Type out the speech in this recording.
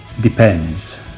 Depends